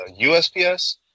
USPS